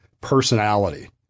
personality